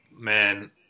man